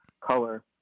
color